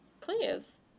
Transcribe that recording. Please